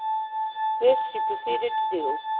this she proceeded to do,